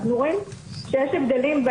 אנחנו רואים שיש הבדלים.